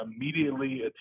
immediately